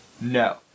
No